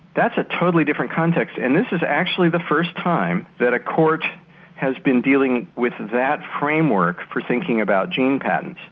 that's a totally different context and this is actually the first time that a court has been dealing with that framework for thinking about gene patents.